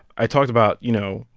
i talked about, you know,